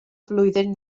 flwyddyn